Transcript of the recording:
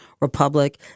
republic